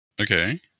Okay